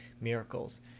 miracles